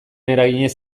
eraginez